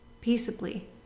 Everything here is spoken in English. Peaceably